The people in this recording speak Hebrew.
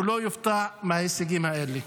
הוא לא יופתע מההישגים האלה.